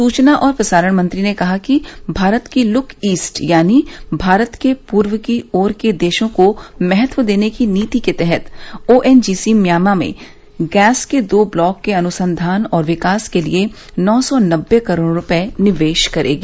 सूचना और प्रसारण मंत्रीने कहा कि भारत की लुक ईस्ट यानी भारत के पूर्व की ओर के देशों को महत्व देने की नीति के तहत ओएनजीसी म्यांमा में गैस के दो ब्लॉक के अनुसंधान और विकास के लिए नौ सौ नब्बे करोड़ रुपये निवेश करेगी